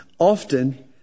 Often